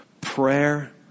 prayer